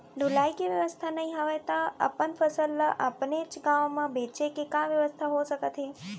ढुलाई के बेवस्था नई हवय ता अपन फसल ला अपनेच गांव मा बेचे के का बेवस्था हो सकत हे?